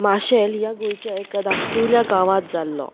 माशेल अश्या गोंयच्या धुकटुल्या गांवांत जाल्लो